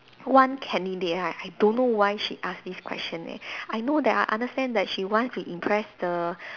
one candidate right I don't know why she asked this question eh I know that I understand that she wants to impress the